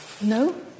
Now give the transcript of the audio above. No